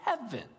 heaven